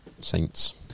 Saints